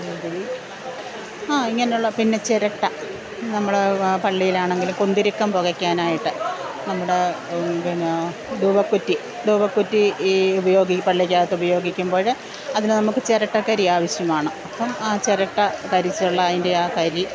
ആ ഇങ്ങനുള്ള പിന്നെ ചിരട്ട നമ്മള് പള്ളിയിലാണെങ്കില് കുന്തിരിക്കം പുകയ്കാനായിട്ട് നമ്മുടെ പിന്നെ ധൂപക്കുറ്റി ധൂപക്കുറ്റി ഈ ഉപയോഗി ഈ പള്ളിക്കകത്ത് ഉപയോഗിക്കുമ്പോള് അതിനു നമുക്ക് ചിരട്ടക്കരി ആവശ്യമാണ് അപ്പോള് ആ ചിരട്ട കരിച്ചുള്ള അതിൻ്റെയാ കരി